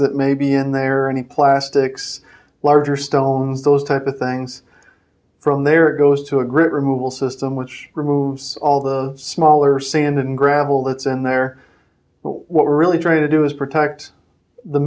that may be in there any plastics larger stones those type of things from there it goes to a great removal system which removes all the smaller sand and gravel that's in there but what we're really trying to do is protect the